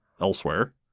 elsewhere